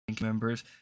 members